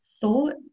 thought